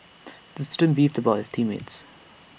the student beefed about his team mates